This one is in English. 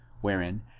wherein